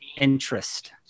interest